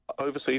overseas